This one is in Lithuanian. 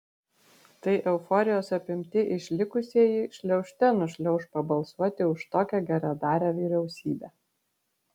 tai euforijos apimti išlikusieji šliaužte nušliauš pabalsuoti už tokią geradarę vyriausybę